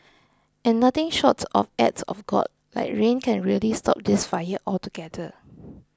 and nothing short of act of God like rain can really stop this fire altogether